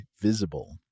Visible